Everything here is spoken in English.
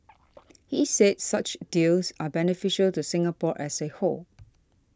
he said such deals are beneficial to Singapore as a whole